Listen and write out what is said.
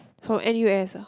from N_U_S ah